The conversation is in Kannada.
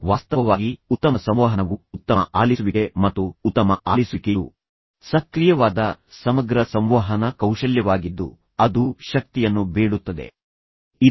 ವಾಸ್ತವವಾಗಿ ಉತ್ತಮ ಸಂವಹನವು ಉತ್ತಮ ಆಲಿಸುವಿಕೆ ಮತ್ತು ಉತ್ತಮ ಆಲಿಸುವಿಕೆಯು ಸಕ್ರಿಯವಾದ ಸಮಗ್ರ ಸಂವಹನ ಕೌಶಲ್ಯವಾಗಿದ್ದು ಅದು ಶಕ್ತಿಯನ್ನು ಬೇಡುತ್ತದೆ ಮತ್ತು ಹೇಗೆ ಎಂದು ತಿಳಿಯುತ್ತದೆ